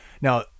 Now